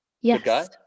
Yes